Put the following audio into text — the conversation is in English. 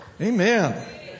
Amen